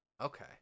Okay